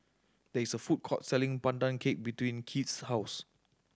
there is a food court selling Pandan Cake between Kieth's house